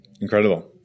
Incredible